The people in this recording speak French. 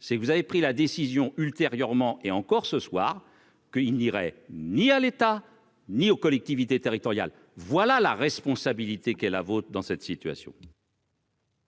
c'est : vous avez pris la décision ultérieurement, et encore ce soir que il n'irait ni à l'État ni aux collectivités territoriales, voilà la responsabilité qu'est la vôtre dans cette situation.